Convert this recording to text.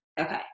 Okay